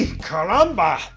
columba